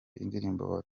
indirimbo